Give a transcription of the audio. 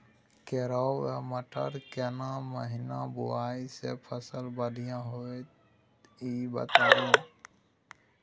केराव आ मटर केना महिना बुनय से फसल बढ़िया होत ई बताबू?